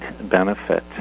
benefit